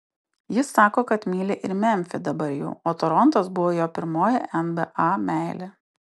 jis sako kad myli ir memfį dabar jau o torontas buvo jo pirmoji nba meilė